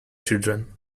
children